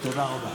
תודה רבה.